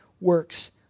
works